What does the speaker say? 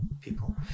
people